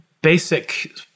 basic